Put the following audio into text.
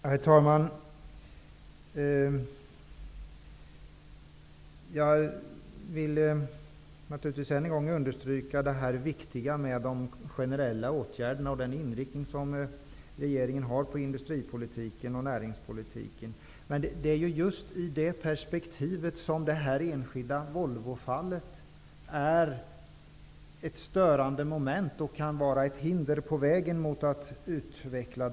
Herr talman! Jag vill ännu en gång understryka hur viktigt det är med generella åtgärder och med den inriktning som regeringen har beträffande industrioch näringspolitiken. Det är dock just i det perspektivet som det här enskilda Volvofallet är ett störande moment. Det kan också vara ett hinder på vägen mot en utveckling.